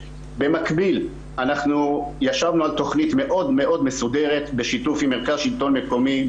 במקביל ישבנו על תוכנית מאוד מאוד מסודרת בשיתוף עם מרכז שלטון מקומי,